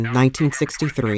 1963